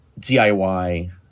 DIY